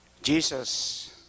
Jesus